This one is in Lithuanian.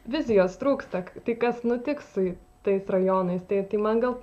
vizijos trūksta tai kas nutiks tais rajonais tai tai man gal